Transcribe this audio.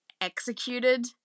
executed